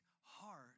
heart